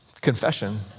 Confession